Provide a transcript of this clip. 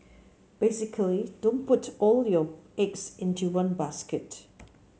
basically don't put all your eggs into one basket